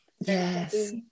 yes